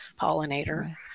pollinator